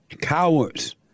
cowards